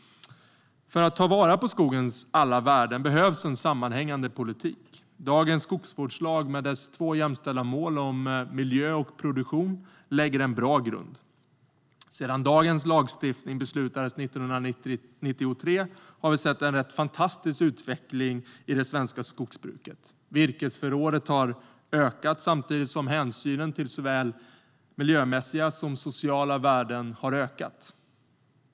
För att ta vara på skogens alla värden behövs en sammanhängande politik. Dagens skogsvårdslag med dess två jämställda mål om miljö och produktion lägger en bra grund. Sedan dagens lagstiftning beslutades 1993 har vi sett en rätt fantastisk utveckling i det svenska skogsbruket. Virkesförrådet har ökat samtidigt som hänsynen till såväl miljömässiga som sociala värden har ökat.